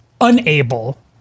unable